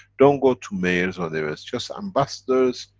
don't go to majors on reverse, just ambassadors,